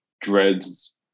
dreads